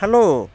hello